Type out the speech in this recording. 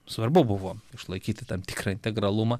svarbu buvo išlaikyti tam tikrą integralumą